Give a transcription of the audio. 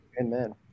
Amen